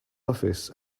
office